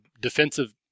defensive